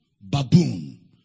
baboon